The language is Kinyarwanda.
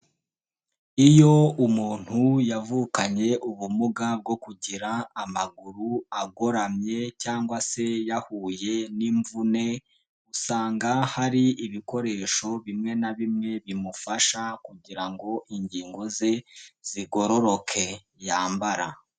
Iyo umuntu yavukanye ubumuga bwo kugira amaguru agoramye cyangwa se yahuye n'imvune, usanga hari ibikoresho bimwe na bimwe bimufasha kugira ngo ingingo ze zigororoke yambara.